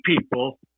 people